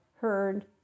heard